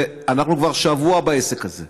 אנחנו כבר שבוע בעסק הזה,